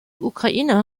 ukraine